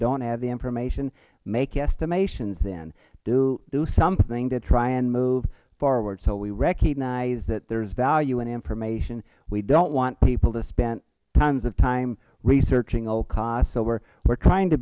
dont have the information make estimations then do something to try and move forward so we recognize that there is value in information we dont want people to spend tons of time researching all costs so we are trying to